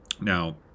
Now